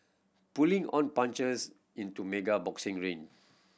pulling on punches in to mega boxing ring